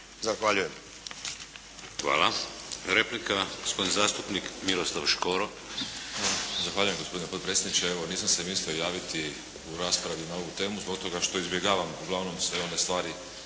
(HDZ)** Hvala. Replika, gospodin zastupnik Miroslav Škoro. **Škoro, Miroslav (HDZ)** Zahvaljujem gospodine potpredsjedniče. Evo, nisam se mislio javiti u raspravi na ovu temu zbog toga što izbjegavam uglavnom sve one stvari